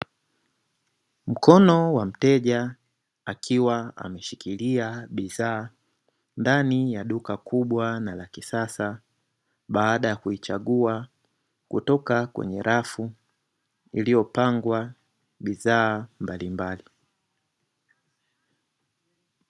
Mkono wa mteja akiwa ameshikilia bidhaa ndani ya duka kubwa na la kisasa, baada ya kuichagua kutoka kwenye rafu iliyopangwa bidhaa mbalimbali.